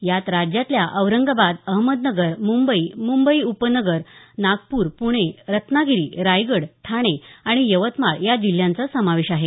यात राज्यातल्या औरंगाबाद अहमदनगर मुंबई मुंबई उपनगर नागपूर पुणे रत्नागिरी रायगड ठाणे आणि यवतमाळ जिल्ह्यांचा समावेश आहे